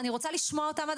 דנו בו כבר הרבה זמן,